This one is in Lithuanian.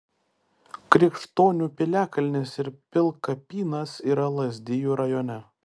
krikštonių piliakalnis ir pilkapynas yra lazdijų rajone